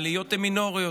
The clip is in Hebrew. העליות הן מינוריות,